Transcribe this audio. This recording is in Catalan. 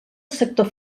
sector